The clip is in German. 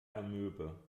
amöbe